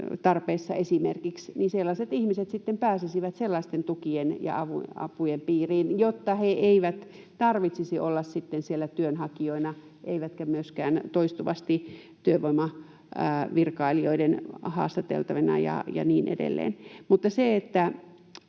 tarpeessa, niin sellaiset ihmiset pääsisivät sellaisten tukien ja apujen piiriin, jotta heidän ei tarvitsisi olla siellä työnhakijoina eikä myöskään toistuvasti työvoimavirkailijoiden haastateltavina ja niin edelleen.